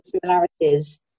similarities